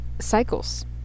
cycles